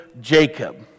Jacob